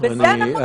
בואו נאמר,